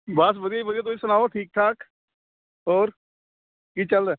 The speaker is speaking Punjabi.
ਬਸ ਵਧੀਆ ਹੀ ਵਧੀਆ ਤੁਸੀਂ ਸੁਣਾਓ ਠੀਕ ਠਾਕ ਹੋਰ ਕੀ ਚੱਲਦਾ